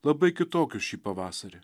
labai kitokius šį pavasarį